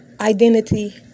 identity